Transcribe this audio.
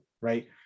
Right